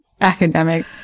academic